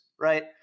right